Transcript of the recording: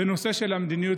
בנושא של המדיניות,